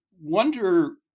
wonder